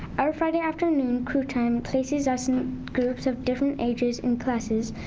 our friday afternoon crew-time places us in groups of different ages and classes.